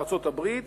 בארצות-הברית,